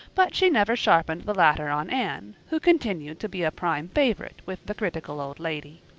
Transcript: but she never sharpened the latter on anne, who continued to be a prime favorite with the critical old lady.